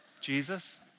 Jesus